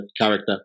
character